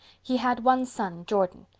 he had one son, jordan,